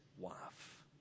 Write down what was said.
wife